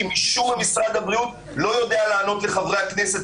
כי משום מה משרד הבריאות לא יודע לענות לחברי הכנסת,